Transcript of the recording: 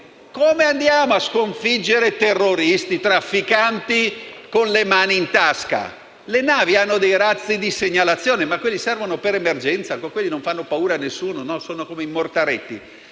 Come andiamo a sconfiggere terroristi e trafficanti con le mani in tasca? Le navi hanno dei razzi di segnalazione, ma quelli servono per l'emergenza, non fanno paura a nessuno, sono come i mortaretti.